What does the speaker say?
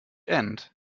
end